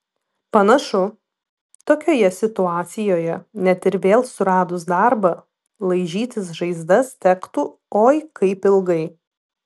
panašu tokioje situacijoje net ir vėl suradus darbą laižytis žaizdas tektų oi kaip ilgai